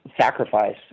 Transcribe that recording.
sacrifice